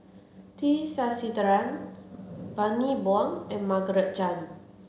T Sasitharan Bani Buang and Margaret Chan